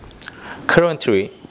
Currently